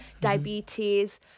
diabetes